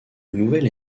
nouvel